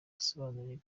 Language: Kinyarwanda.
asobanure